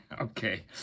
okay